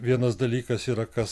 vienas dalykas yra kas